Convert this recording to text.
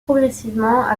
progressivement